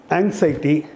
anxiety